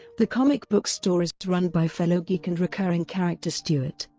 the comic book store is run by fellow geek and recurring character stuart.